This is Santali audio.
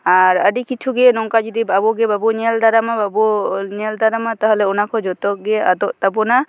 ᱟᱨ ᱟᱹᱰᱤ ᱠᱤᱪᱷᱩᱜᱮ ᱱᱚᱝᱠᱟ ᱡᱩᱫᱤ ᱟᱵᱚᱜᱮ ᱵᱟᱵᱚᱱ ᱧᱮᱞ ᱫᱟᱨᱟᱢᱟ ᱵᱟᱵᱚ ᱧᱮᱞ ᱫᱟᱨᱟᱢᱟ ᱛᱟᱦᱞᱮ ᱚᱱᱟ ᱠᱚ ᱡᱚᱛᱚᱜᱮ ᱟᱫᱚᱜ ᱛᱟᱵᱚᱱᱟ